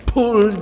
Pull